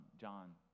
John